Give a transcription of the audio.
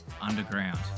Underground